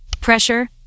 pressure